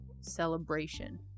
celebration